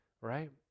right